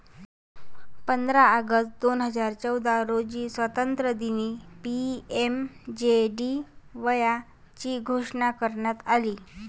पंधरा ऑगस्ट दोन हजार चौदा रोजी स्वातंत्र्यदिनी पी.एम.जे.डी.वाय ची घोषणा करण्यात आली